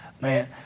Man